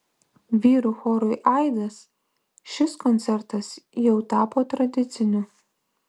vyrų chorui aidas šis koncertas jau tapo tradiciniu